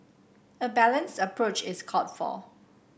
a balanced approach is called for